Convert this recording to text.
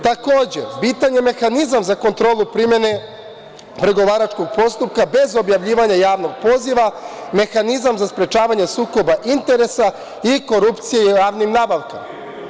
Takođe, bitan je mehanizam za kontrolu primene pregovaračkog postupka bez objavljivanja javnog poziva, mehanizam za sprečavanje sukoba interesa i korupcija u javnim nabavkama.